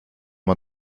man